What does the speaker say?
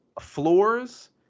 floors